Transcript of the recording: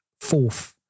fourth